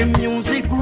music